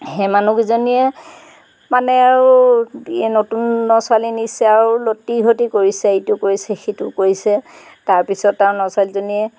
সেই মানুহকেইজনীয়ে মানে আৰু নতুন ন ছোৱালী নিছে আৰু লটি ঘটি কৰিছে ইটো কৰিছে সিটো কৰিছে তাৰপিছত আৰু ন ছোৱালীজনীয়ে